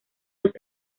los